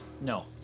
No